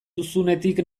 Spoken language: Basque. duzunetik